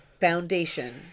foundation